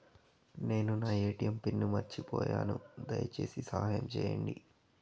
నేను నా ATM pin మర్చిపోయాను, దయచేసి సహాయం చేయండి